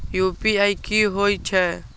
UPI की होई छै?